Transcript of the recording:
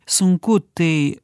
sunku tai